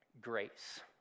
grace